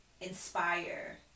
inspire